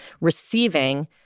Receiving